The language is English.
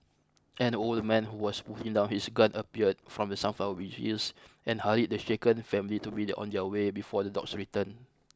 an old man who was putting down his gun appeared from the sunflower and hurried the shaken family to be on their way before the dogs return